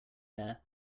air